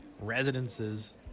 residences